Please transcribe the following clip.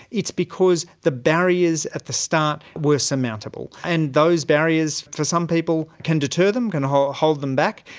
it's because the barriers at the start were surmountable, and those barriers for some people can deter them, can hold hold them back,